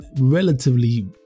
relatively